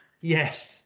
Yes